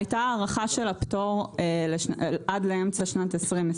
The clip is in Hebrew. הייתה הארכה של הפטור עד לאמצע שנת 2020,